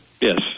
yes